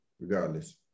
regardless